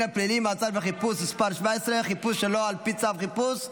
הפלילי (מעצר וחיפוש) (מס' 17) (חיפוש שלא על פי צו חיפוש,